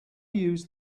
use